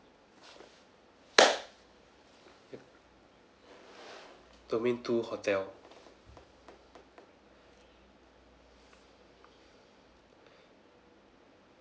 domain two hotel